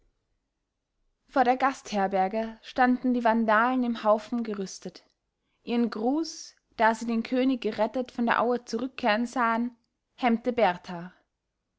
vor der gastherberge standen die vandalen im haufen gerüstet ihren gruß da sie den könig gerettet von der aue zurückkehren sahen hemmte berthar